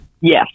Yes